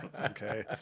Okay